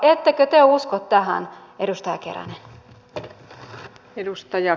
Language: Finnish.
ettekö te usko tähän edustaja keränen